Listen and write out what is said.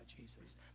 Jesus